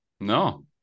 No